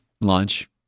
lunch